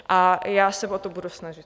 A já se o to budu snažit.